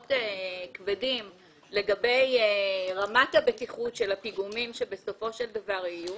כבדים לגבי רמת הבטיחות של הפיגומים שבסופו של דבר יהיו,